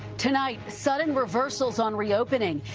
tonight sudden reversals on reopening.